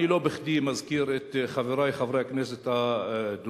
אני לא בכדי מזכיר את חברי חברי הכנסת הדרוזים,